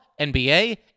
NBA